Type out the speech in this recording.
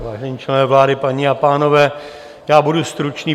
Vážení členové vlády, paní a pánové, budu stručný.